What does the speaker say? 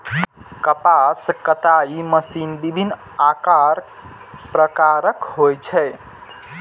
कपास कताइ मशीन विभिन्न आकार प्रकारक होइ छै